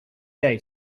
day